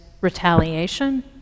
retaliation